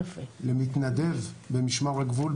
למתנדב במשמר הגבול,